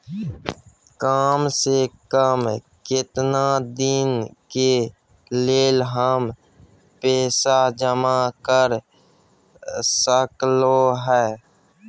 काम से कम केतना दिन के लेल हम पैसा जमा कर सकलौं हैं?